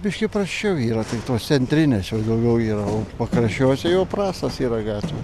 biški prasčiau yra tai tos centrinės jau daugiau yra o pakraščiuose jau prastos yra gatvė